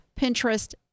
Pinterest